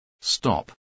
Stop